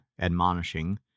admonishing